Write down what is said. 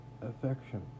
affection